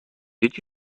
did